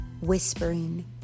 whispering